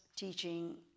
teaching